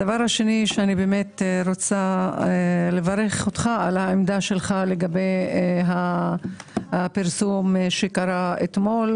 הדבר השני שאני רוצה לברך אותך על עמדתך לגבי הפרסום שקרה אתמול.